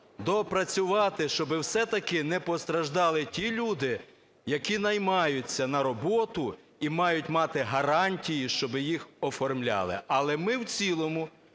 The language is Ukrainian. доопрацювати, щоб все-таки не постраждали ті люди, які наймаються на роботу і мають мати гарантію, щоб їх оформляли. Але ми в цілому